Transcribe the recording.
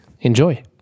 enjoy